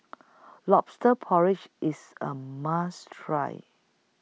Lobster Porridge IS A must Try